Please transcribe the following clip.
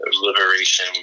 liberation